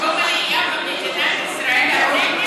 חוק העלייה במדינת ישראל את נגד?